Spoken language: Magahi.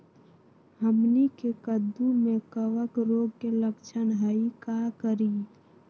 हमनी के कददु में कवक रोग के लक्षण हई का करी?